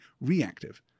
reactive